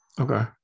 Okay